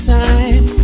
time